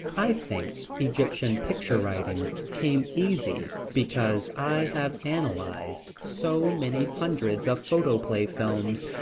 i think egyptian picture-writing came easy because i have analyzed so many hundreds of photoplay films,